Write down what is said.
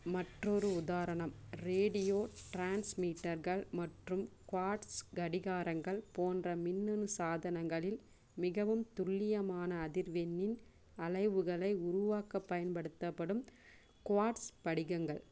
மற்றொரு உதாரணம் ரேடியோ ட்ரான்ஸ்மீட்டர்கள் மற்றும் குவார்ட்ஸ் கடிகாரங்கள் போன்ற மின்னணு சாதனங்களில் மிகவும் துல்லியமான அதிர்வெண்ணின் அலைவுகளை உருவாக்கப் பயன்படுத்தப்படும் குவார்ட்ஸ் படிகங்கள்